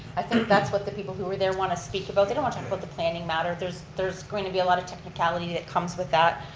i think that's what the people who were there want to speak about, they don't want to talk about the planning matter. there's there's going to be a lot of technicality that comes with that.